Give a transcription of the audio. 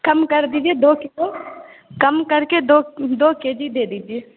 कम कर दीजिए दो किलो कम कर के दो दो के जी दे दीजिए